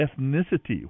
ethnicity